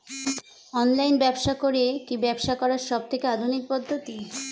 Online ব্যবসা করে কি ব্যবসা করার সবথেকে আধুনিক পদ্ধতি?